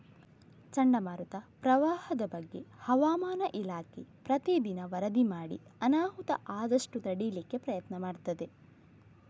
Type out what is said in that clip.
ಚಂಡಮಾರುತ, ಪ್ರವಾಹದ ಬಗ್ಗೆ ಹವಾಮಾನ ಇಲಾಖೆ ಪ್ರತೀ ದಿನ ವರದಿ ಮಾಡಿ ಅನಾಹುತ ಆದಷ್ಟು ತಡೀಲಿಕ್ಕೆ ಪ್ರಯತ್ನ ಮಾಡ್ತದೆ